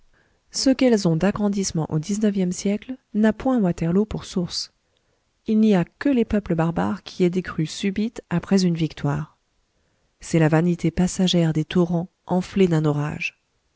ce qu'elles ont d'agrandissement au dix-neuvième siècle n'a point waterloo pour source il n'y a que les peuples barbares qui aient des crues subites après une victoire c'est la vanité passagère des torrents enflés d'un orage